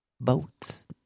boats